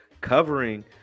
covering